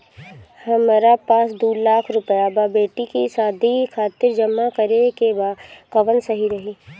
हमरा पास दू लाख रुपया बा बेटी के शादी खातिर जमा करे के बा कवन सही रही?